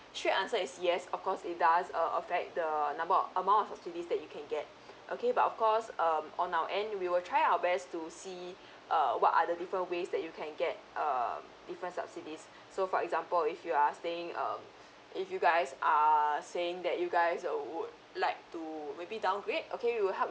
straight answer is yes of course it does uh affect the number amount of subsidies that you can get okay but of course um on our end we will try our best to see uh what are the different ways that you can get uh different subsidies so for example if you are staying um if you guys are saying that you guys uh would like to maybe downgrade okay we will help you